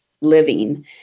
living